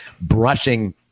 brushing